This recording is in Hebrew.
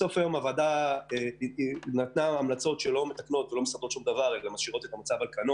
בסוף הוועדה נתנה המלצות שאינן מתקנות אלא משאירות את המצב על כנו